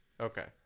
Okay